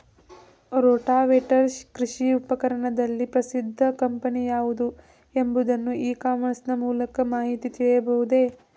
Rotavator ಕೃಷಿ ಉಪಕರಣದಲ್ಲಿ ಪ್ರಸಿದ್ದ ಕಂಪನಿ ಯಾವುದು ಎಂಬುದನ್ನು ಇ ಕಾಮರ್ಸ್ ನ ಮೂಲಕ ಮಾಹಿತಿ ತಿಳಿಯಬಹುದೇ?